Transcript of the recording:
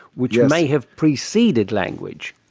which may have preceded language.